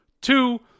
Two